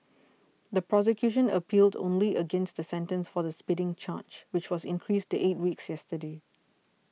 the prosecution appealed only against the sentence for the spitting charge which was increased to eight weeks yesterday